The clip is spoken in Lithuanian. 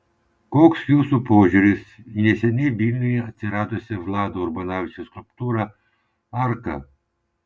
koks jūsų požiūris į neseniai vilniuje atsiradusią vlado urbanavičiaus skulptūrą arka